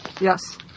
Yes